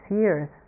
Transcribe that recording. years